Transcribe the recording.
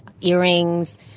earrings